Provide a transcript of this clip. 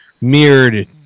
mirrored